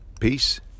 peace